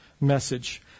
message